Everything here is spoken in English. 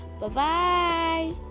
Bye-bye